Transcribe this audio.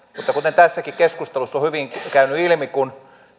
kuten tässäkin keskustelussa on hyvin käynyt ilmi kun